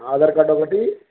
Aadhaar card ఒకటి